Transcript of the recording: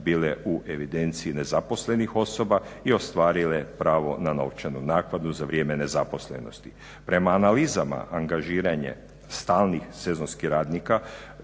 bile u evidenciji nezaposlenih osoba i ostvarile pravo na novčanu naknadu za vrijeme nezaposlenosti. Prema analizama angažiranje stalnih sezonskih radnika